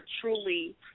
truly